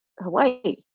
Hawaii